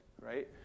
right